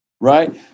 Right